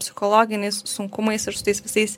psichologiniais sunkumais ir su tais visais